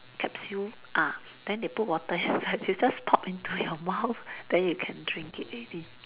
capsule ah then they put water inside they just pop into your mouth then you can drink it already